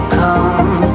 come